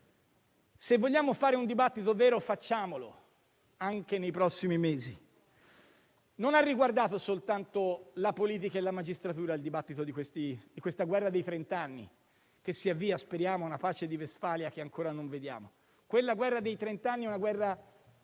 Se vogliamo fare un dibattito vero, facciamolo anche nei prossimi mesi. Non ha riguardato soltanto la politica e la magistratura il dibattito di questa guerra dei trent'anni che si avvia, speriamo, ad una pace di Vestfalia, che ancora non vediamo. Quella dei trent'anni è una guerra